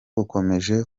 bukomeje